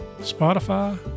Spotify